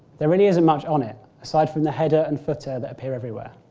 there really isn't much on it, aside from the heading and footer that appear everywhere.